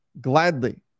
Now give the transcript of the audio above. gladly